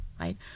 right